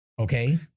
Okay